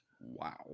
wow